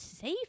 safe